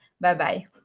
Bye-bye